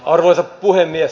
arvoisa puhemies